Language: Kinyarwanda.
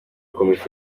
komisiyo